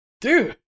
Dude